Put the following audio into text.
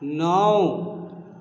नौ